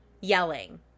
yelling